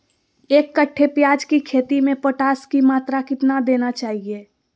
एक कट्टे प्याज की खेती में पोटास की मात्रा कितना देना चाहिए?